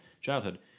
childhood